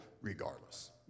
regardless